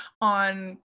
on